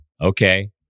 okay